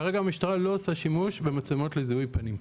כרגע המשטרה לא עושה שימוש במצלמות לזיהוי פנים.